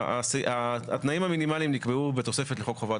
התנאים המינימליים נקבעו בתוספת לחוק חובת